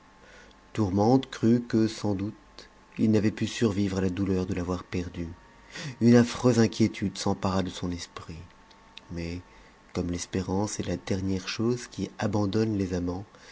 tourmente crut que sans doute il n'avait pu survivre à la douleur jc l'avoir perdue une affreuse inquiétude s'empara de son esprit mais comme l'espérance est la dernière chose qui abandonne les amants